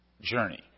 journey